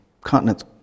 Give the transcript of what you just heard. continents